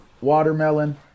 watermelon